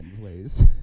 please